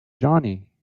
johnny